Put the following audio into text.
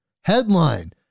headline